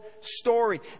story